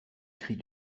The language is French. cris